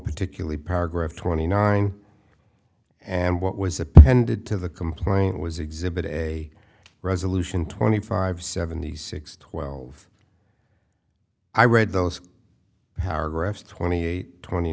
particularly paragraph twenty nine and what was appended to the complaint was exhibit a resolution twenty five seventy six twelve i read those paragraphs twenty eight twenty